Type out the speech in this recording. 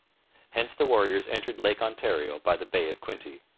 hence the warriors entered lake ontario by the bay of quinte.